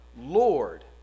Lord